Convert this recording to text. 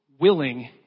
willing